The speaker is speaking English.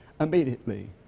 immediately